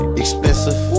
expensive